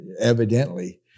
evidently